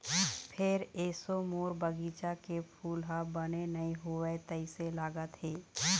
फेर एसो मोर बगिचा के फूल ह बने नइ होवय तइसे लगत हे